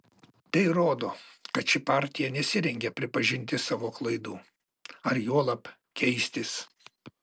tai rodo kad ši partija nesirengia pripažinti savo klaidų ar juolab keistis